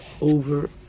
over